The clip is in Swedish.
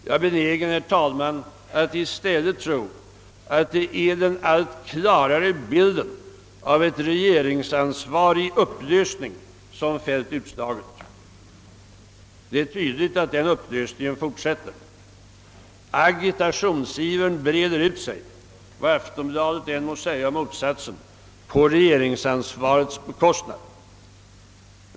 Jag är benägen, herr talman, att i stället tro, att det är den allt klarare bilden av ett regeringsansvar i upplösning som fällt utslaget. Det är tydligt att denna upplösning fortsätter. Agitationsivern breder ut sig — vad Aftonbladet än må säga om motsatsen — på regeringsansvarets bekostnad.